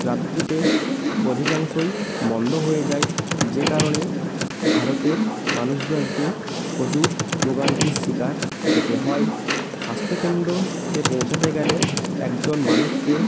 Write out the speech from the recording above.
রাত্রিতে অধিকাংশই বন্ধ হয়ে যায় যে কারণে ভারতের মানুষজনকে প্রচুর ভোগান্তির শিকার হতে হয় স্বাস্থ্য কেন্দ্রতে পৌঁছাতে গেলে একজন মানুষকে